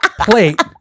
plate